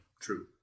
true